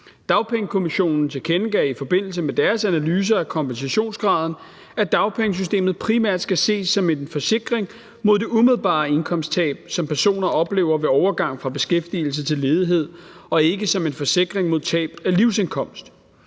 Dagpengekommissionen tilkendegav i forbindelse med deres analyser af kompensationsgraden, at dagpengesystemet primært skal ses som en forsikring mod det umiddelbare indkomsttab, som personer oplever ved overgangen fra beskæftigelse til ledighed, og ikke som en forsikring mod tab af livsindkomst.